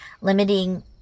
limiting